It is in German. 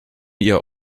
ihr